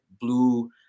blue